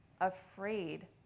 afraid